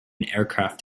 aircraft